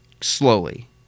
slowly